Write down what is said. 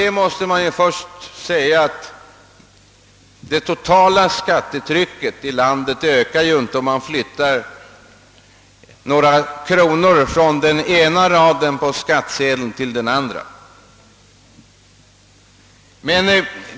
Då måste man först säga att det totala skattetrycket i landet inte ökar om man flyttar några kronor från den ena raden på skattsedeln till den andra.